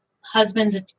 husband's